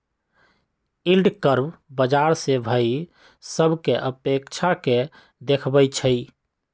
yield curve बाजार से भाइ सभकें अपेक्षा के देखबइ छइ